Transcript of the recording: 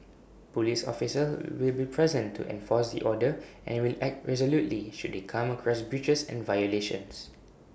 Police officers will be present to enforce the order and will act resolutely should they come across breaches and violations